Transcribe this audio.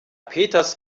peters